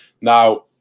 Now